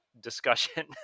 discussion